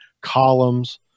columns